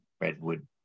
redwood